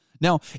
Now